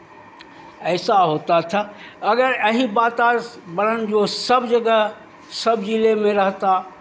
ऐसा होता था अगर यही वातावरण जो सब जगह सब जिले में रहता